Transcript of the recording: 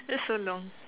that's so long